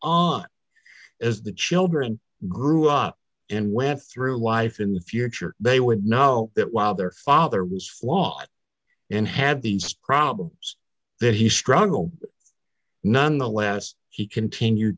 on as the children grew up and went through life in the future they would know that while their father was flawed and have these problems that he struggled nonetheless he continued